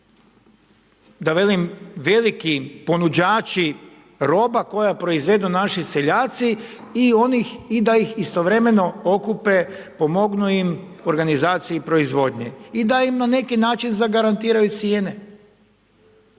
da velim veliki ponuđači roba, koja proizvedu naši seljaci i da ih istovremeno okupe, pomognu im, organizaciji i proizvodnji i da im na neki način zagarantiraju cijene.